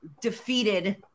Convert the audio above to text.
defeated